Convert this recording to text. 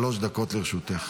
שלוש דקות לרשותך.